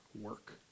work